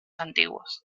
antiguos